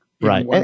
Right